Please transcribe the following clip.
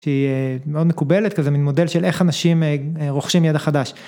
שהיא מאוד מקובלת כזה מין מודל של איך אנשים רוכשים ידע חדש.